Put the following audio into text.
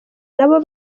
nabo